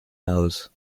aus